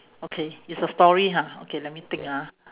okay it's a story ha okay let me think ah